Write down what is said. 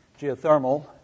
geothermal